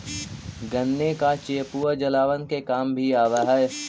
गन्ने का चेपुआ जलावन के काम भी आवा हई